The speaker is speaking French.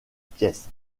pièce